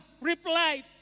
replied